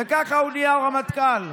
וככה הוא נהיה רמטכ"ל,